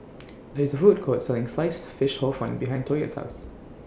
There IS A Food Court Selling Sliced Fish Hor Fun behind Toya's House